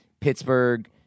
Pittsburgh